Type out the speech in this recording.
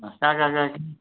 अँ काका काकी